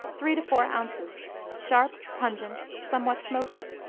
three to four ounces sharp pungent somewhat smoky.